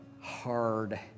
hard